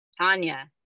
Tanya